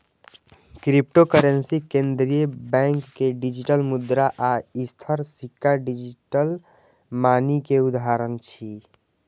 cryptocurrency, केंद्रीय bank के digital मुद्रा आ स्थिर सिक्का डिजिटल मनी के उदाहरण छियै